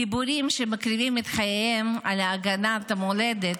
גיבורים מקריבים את חייהם על הגנת המולדת,